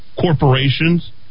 corporations